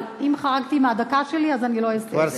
אבל אם חרגתי מהדקה שלי אז אני לא אעשה את זה.